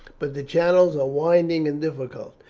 but the channels are winding and difficult.